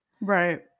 Right